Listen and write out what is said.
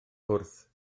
wrth